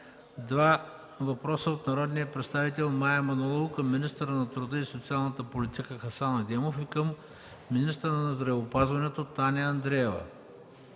два въпроса от народния представител Мая Манолова към министъра на труда и социалната политика Хасан Адемов и към министъра на здравеопазването Таня Андреева;